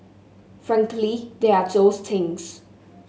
frankly there are those things